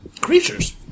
creatures